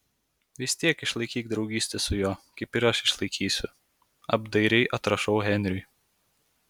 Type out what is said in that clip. vis tiek išlaikyk draugystę su juo kaip ir aš išlaikysiu apdairiai atrašau henriui